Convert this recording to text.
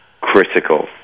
critical